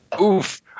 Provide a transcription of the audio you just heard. Oof